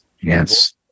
Yes